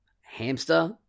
hamster